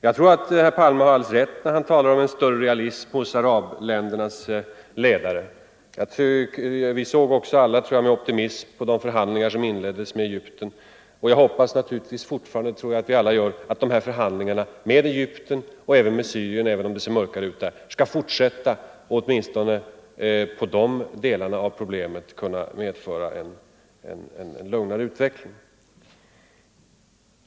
Jag tror att herr Palme har alldeles rätt när han talar om en större realism hos arabledarna. Vi såg också alla, tror jag, med optimism på de förhandlingar som inleddes med Egypten. Jag hoppas naturligtvis fortfarande — det tror jag att vi alla gör — att dessa förhandlingar med Egypten liksom med Syrien, även om det ser mörkare ut där, skall fortsätta och åtminstone vad gäller de delar av problemen kunna medföra att det blir en lugnare utveckling.